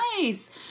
nice